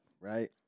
right